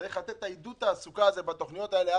צריך להמשיך את התכניות האלו.